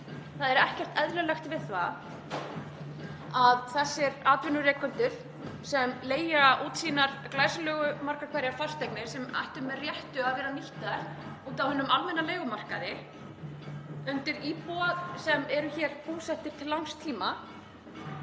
Það er ekkert eðlilegt við það að þessir atvinnurekendur, sem leigja út sínar margar hverjar glæsilegu fasteignir sem ættu með réttu að vera nýttar úti á hinum almenna leigumarkaði undir íbúa sem eru hér búsettir til langs tíma